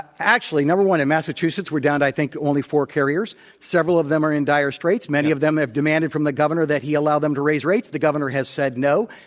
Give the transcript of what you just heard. actually, number one, in massachusetts, we're down to, i think, to only four carriers. several of them are in dire straits. many of them have demanded from the governor that he allow them to raise rates. the governor has said no.